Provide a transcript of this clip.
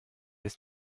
ist